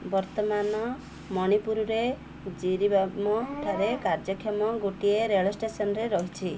ବର୍ତ୍ତମାନ ମଣିପୁରରେ ଜିରିବାମ ଠାରେ କାର୍ଯ୍ୟକ୍ଷମ ଗୋଟିଏ ରେଳ ଷ୍ଟେସନରେ ରହିଛି